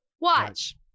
Watch